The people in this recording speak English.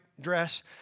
dress